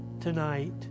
tonight